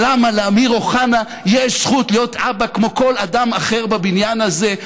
או למה לאמיר אוחנה יש זכות להיות אבא כמו לכל אדם אחר בבניין הזה,